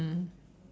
mm